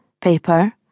paper